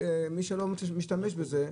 מי שלא משתמש בזה,